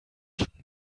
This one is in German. schon